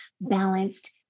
balanced